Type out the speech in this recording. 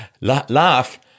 Laugh